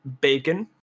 bacon